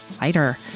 lighter